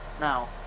Now